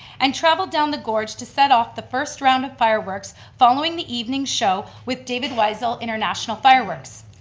and traveled down the gorge to set off the first round of fireworks following the evening show with david whysall international fireworks.